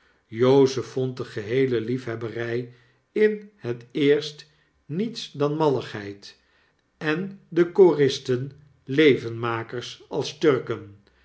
jozef vond de geheele liefhebberjj in het eerst niets dan malligheid en de koristen levenmakers als turken